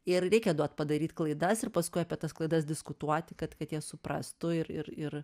ir reikia duot padaryt klaidas ir paskui apie tas klaidas diskutuoti kad kad jie suprastų ir ir ir